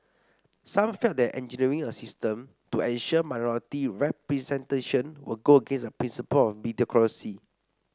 some felt that engineering a system to ensure minority representation would go against the principle of meritocracy